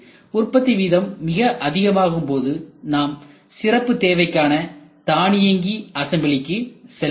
உற்பத்தி வீதம் மிக அதிகமாகும் போது நாம் சிறப்பு தேவைக்கான தானியங்கி அசம்பிளிக்கு செல்லலாம்